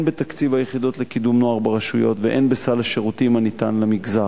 הן בתקציב היחידות לקידום נוער ברשויות והן בסל השירותים הניתן למגזר.